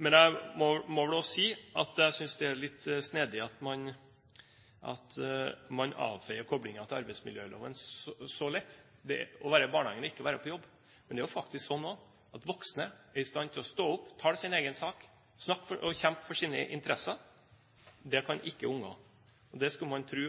Men jeg må vel også si at jeg synes det er litt snedig at man avfeier koblingen til arbeidsmiljøloven så lett. Det å være i barnehagen er ikke å være på jobb, men det er jo faktisk sånn at voksne er i stand til å stå opp, tale sin egen sak og kjempe for sine interesser. Det kan ikke ungene, og det skulle man tro